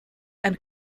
and